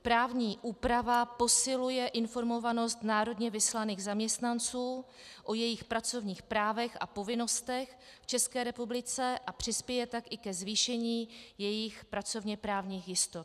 Právní úprava posiluje informovanost národně vyslaných zaměstnanců o jejich pracovních právech a povinnostech v České republice a přispěje tak i ke zvýšení jejich pracovněprávních jistot.